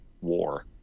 war